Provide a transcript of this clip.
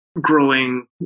growing